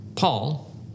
Paul